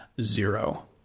zero